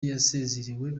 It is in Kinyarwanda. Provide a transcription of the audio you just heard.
yasezerewe